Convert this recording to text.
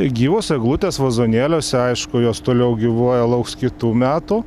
gyvos eglutės vazonėliuose aišku jos toliau gyvuoja lauks kitų metų